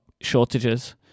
shortages